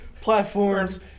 platforms